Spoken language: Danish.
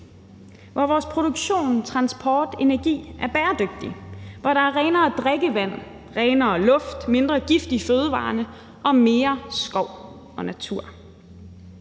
hvor vores produktion, transport og energi er bæredygtig, hvor der er renere drikkevand, renere luft, mindre gift i fødevarerne og mere skov og natur.